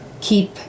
keep